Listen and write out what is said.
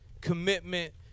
commitment